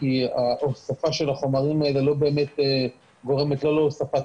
כי ההוספה של החומרים האלה לא באמת גורמת להוספת